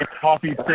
Coffee